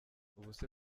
ubuse